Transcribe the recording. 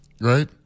right